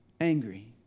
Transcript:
angry